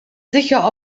sicher